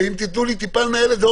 ואם תיתנו לי טיפה לנהל את זה,